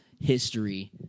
history